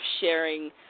sharing